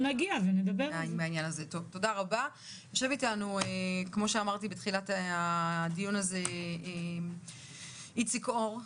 יושב איתנו איציק אור,